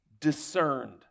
discerned